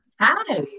Hi